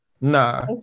Nah